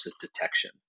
detection